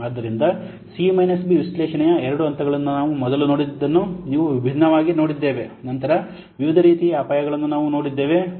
ಆದ್ದರಿಂದ C B ವಿಶ್ಲೇಷಣೆಯ ಎರಡು ಹಂತಗಳನ್ನು ನಾವು ಮೊದಲು ನೋಡಿದ್ದನ್ನು ನಾವು ವಿಭಿನ್ನವಾಗಿ ನೋಡಿದ್ದೇವೆ ನಂತರ ವಿವಿಧ ರೀತಿಯ ಅಪಾಯಗಳನ್ನು ನಾವು ನೋಡಿದ್ದೇವೆ